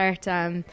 start